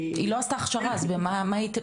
היא לא עשתה הכשרה, אז במה היא,